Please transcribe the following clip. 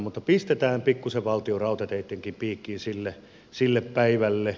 mutta pistetään pikkuisen valtionrautateittenkin piikkiin sille päivälle